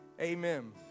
Amen